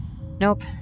Nope